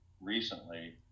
recently